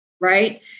right